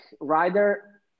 rider